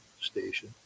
station